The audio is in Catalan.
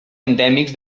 endèmics